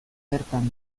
bertan